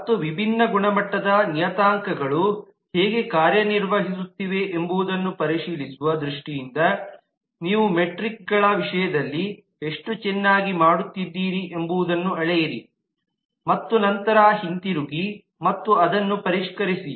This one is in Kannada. ಮತ್ತು ವಿಭಿನ್ನ ಗುಣಮಟ್ಟದ ನಿಯತಾಂಕಗಳು ಹೇಗೆ ಕಾರ್ಯನಿರ್ವಹಿಸುತ್ತಿವೆ ಎಂಬುದನ್ನು ಪರಿಶೀಲಿಸುವ ದೃಷ್ಟಿಯಿಂದ ನೀವು ಮೆಟ್ರಿಕ್ಗಳ ವಿಷಯದಲ್ಲಿ ಎಷ್ಟು ಚೆನ್ನಾಗಿ ಮಾಡುತ್ತಿದ್ದೀರಿ ಎಂಬುದನ್ನು ಅಳೆಯಿರಿ ಮತ್ತು ನಂತರ ಹಿಂತಿರುಗಿ ಮತ್ತು ಅದನ್ನು ಪರಿಷ್ಕರಿಸಿ